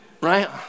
Right